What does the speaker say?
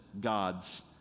God's